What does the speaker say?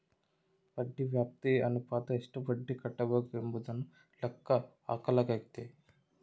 ಬಡ್ಡಿ ವ್ಯಾಪ್ತಿ ಅನುಪಾತ ಎಷ್ಟು ಬಡ್ಡಿ ಕಟ್ಟಬೇಕು ಎಂಬುದನ್ನು ಲೆಕ್ಕ ಹಾಕಲಾಗೈತಿ